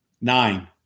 Nine